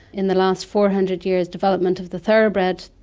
in the last four hundred years, development of the thoroughbred,